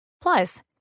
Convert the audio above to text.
Plus